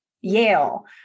Yale